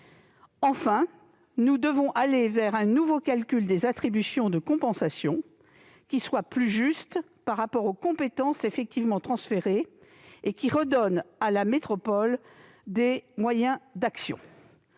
Enfin, nous devons aller vers un nouveau calcul des attributions de compensation, qui soit plus juste et plus approprié aux compétences effectivement transférées, et qui redonne à la métropole des moyens d'action.